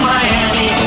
Miami